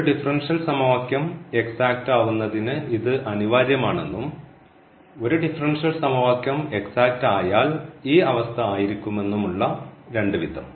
ഒരു ഡിഫറൻഷ്യൽ സമവാക്യം എക്സാക്റ്റ് ആവുന്നതിന് ഇത് അനിവാര്യമാണെന്നും ഒരു ഡിഫറൻഷ്യൽ സമവാക്യം എക്സാക്റ്റ് ആയാൽ ഈ അവസ്ഥ ആയിരിക്കുമെന്നും ഉള്ള രണ്ട് വിധം